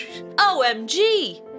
OMG